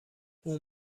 اون